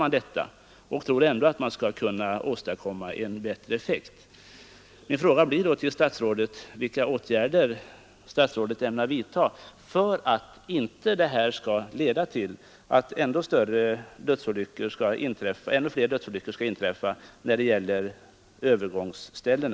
Men dessa regler gäller ju för närvarande, när vi har 10 meters gräns vid parkering före övergångsställe.